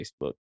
Facebook